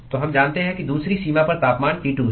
तो हम जानते हैं कि दूसरी सीमा पर तापमान T2 है